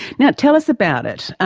now, tell us about it.